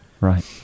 Right